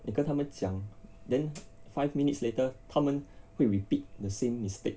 你跟他们讲 then five minutes later 他们会 repeat the same mistake